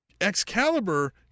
excalibur